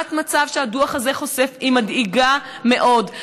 תמונת המצב שהדוח הזה חושף מדאיגה מאוד.